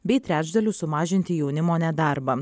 bei trečdaliu sumažinti jaunimo nedarbą